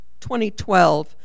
2012